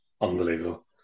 Unbelievable